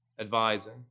advising